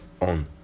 on